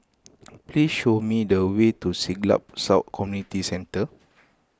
please show me the way to Siglap South Community Centre